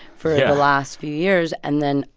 for the last few years. and then,